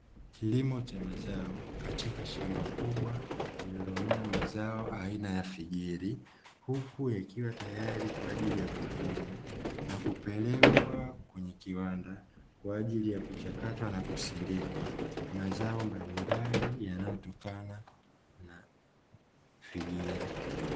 Kilimo cha mazao katika shamba kubwa lililomea mazao aina ya figiri huku yakiwa tayari kwajili ya kuvunwa na kupelekwa kwenye kiwanda, kwajili ya kuchakatwa na kusindikwa mazao mbalimbali yanayotokana na figiri.